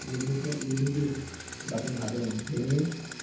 बिनि जिउ जाफैनो हादों बिनि